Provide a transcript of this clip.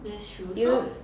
that's true so